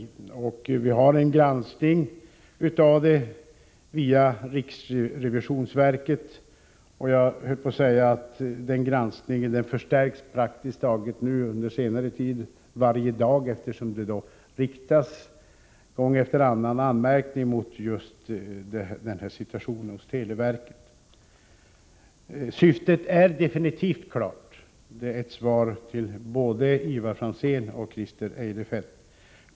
Det sker en granskning via riksrevisionsverket, och den granskningen så att säga förstärks, under senare tid nästan varje dag, eftersom det gång efter annan riktas anmärkningar mot just denna situation inom televerket. Syftet är definitivt klart — det är ett svar till både Ivar Franzén och Christer Eirefelt.